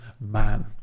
man